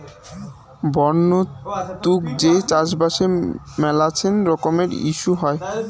বন্য তুক যে চাষবাসে মেলাছেন রকমের ইস্যু হই